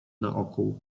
naokół